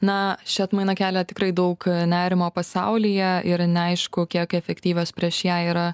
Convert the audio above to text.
na ši atmaina kelia tikrai daug nerimo pasaulyje ir neaišku kiek efektyvios prieš ją yra